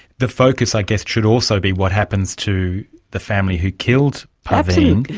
the focus i guess should also be what happens to the family who killed paveen.